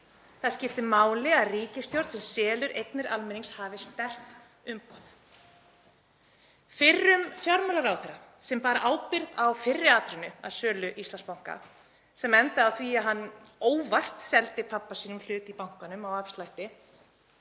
Það skiptir máli að ríkisstjórn sem selur eignir almennings hafi sterkt umboð. Fyrrum fjármálaráðherra, sem bar ábyrgð á fyrri atrennu að sölu Íslandsbanka, sem endaði á því að hann seldi pabba sínum óvart hlut í bankanum á afslætti,